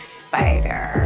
spider